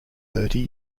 thirty